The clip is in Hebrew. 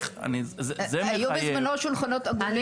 היו בזמנו שולחנות עגולים.